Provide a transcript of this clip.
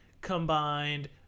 combined